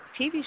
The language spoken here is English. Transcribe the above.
TV